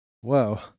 Whoa